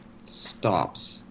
stops